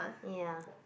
ya